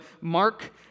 Mark